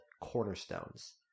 cornerstones